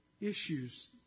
issues